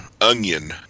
Onion